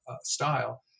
style